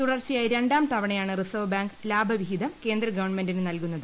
തുടർച്ചയായ രണ്ടാം തവണയാണ് റിസർവ് ബാങ്ക് ലാഭവിഹിതം കേന്ദ്ര ഗവൺമെന്റിന് നൽകുന്നത്